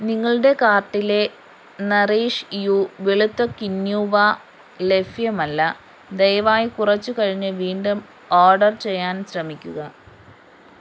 നിങ്ങളുടെ കാർട്ടിലെ Nourish You വെളുത്ത ക്വിനോവ ലഭ്യമല്ല ദയവായി കുറച്ചു കഴിഞ്ഞുവീണ്ടും ഓർഡർ ചെയ്യാൻ ശ്രമിക്കുക